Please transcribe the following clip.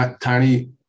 Tiny